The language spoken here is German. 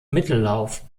mittellauf